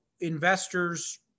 investors